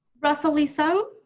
russell lee-sung.